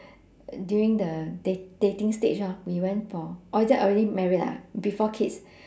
during the date dating stage lor we went for or is it already married lah before kids